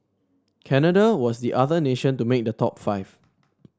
Canada was the other nation to make the top five